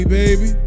baby